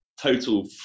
total